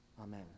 Amen